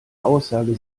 aussage